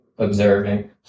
observing